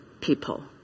people